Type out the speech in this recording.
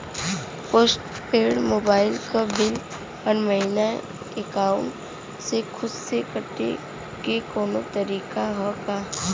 Post paid mobile क bill हर महिना एकाउंट से खुद से कटे क कौनो तरीका ह का?